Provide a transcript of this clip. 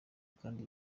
kandi